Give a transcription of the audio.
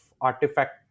artifact